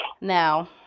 Now